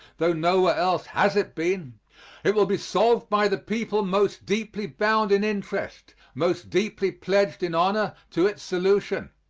though nowhere else has it been it will be solved by the people most deeply bound in interest, most deeply pledged in honor to its solution.